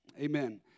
Amen